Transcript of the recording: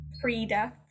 pre-death